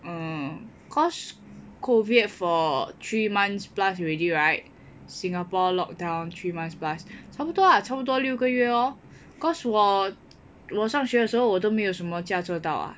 um cause COVID for three months plus already right Singapore locked down three months plus 差不多啊差不多六个月 lor cause 我我上学的时候我都没有什么驾车到啊